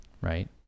right